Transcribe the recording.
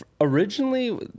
Originally